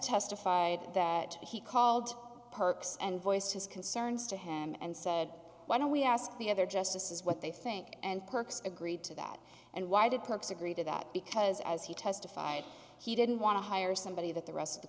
testified that he called perks and voiced his concerns to him and said why don't we ask the other justices what they think and percs agreed to that and why did kirk's agree to that because as he testified he didn't want to hire somebody that the rest of the